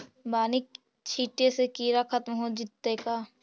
बानि छिटे से किड़ा खत्म हो जितै का?